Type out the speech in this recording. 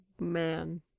man